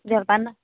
জলপান ন